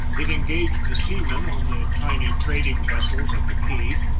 it engaged the seamen on the tiny trading vessels at the quay,